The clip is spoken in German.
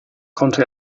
konnte